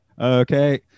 Okay